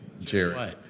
Jerry